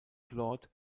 claude